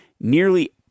Nearly